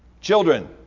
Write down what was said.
children